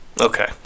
Okay